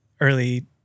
early